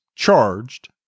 charged